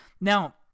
Now